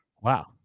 Wow